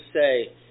say